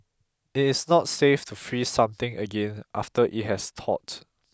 it is not safe to freeze something again after it has thawed